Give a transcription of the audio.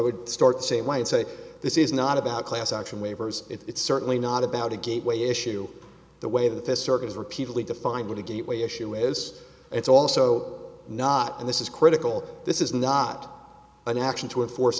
would start say white say this is not about class action waivers it's certainly not about a gateway issue the way that this circus repeatedly defined what a gateway issue is it's also not and this is critical this is not an action to enforce